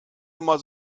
immer